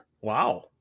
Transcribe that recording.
Wow